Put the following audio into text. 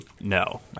No